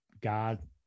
God